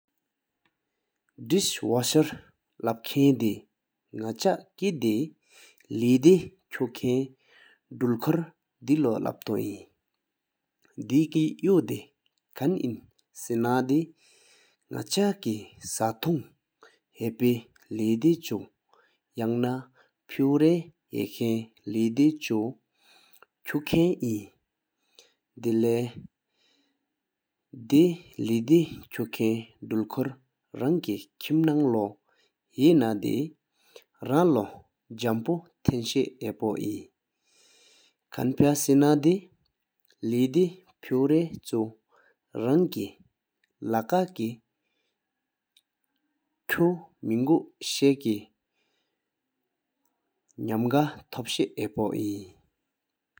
དིཤི ཝེ་ཤར ལབ ཁན དེ ནག ཆ ཀེད དེ ལེ་དེ ཆུད ཁན དུལ ཁོར དེ ལོ ལབ ཏོ ཨིན། དེ་སྐེ ཡོ་དེ ཁན ཨིན སེ ན དེ ནག ཆ ཀེཤ ཐུང ཧ་པེ ལེ་དེ ཆུད ཡང ན པུ རེ ཧེ ཁན ལེ་དེ ཆུད ཆུད ཁན ཨིན། དི་ལེ་ཡེ དེ ལེ་དེ ཆུད ཁན རང ལོ དུལ ཁོར རང ཀེད ཁམ ནང ལོ ཧེ ན དེ རང ལོ ཇམ ཕུ ཐན ཤ ཧ་པ ཨིན། ཁན ཕ་སེ ན དེ ལེ་དེ ཕུར་རེད ཆུད རང ཀེད ལ་ཀ ཀེད ཆུད མན གོ ཤེ ནམ ག ཐོཕེ ཤ ཨིན།